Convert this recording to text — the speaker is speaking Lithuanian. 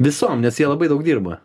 visom nes jie labai daug dirba